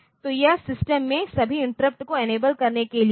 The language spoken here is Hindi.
तो यह सिस्टम में सभी इंटरप्ट को इनेबल करने के लिए है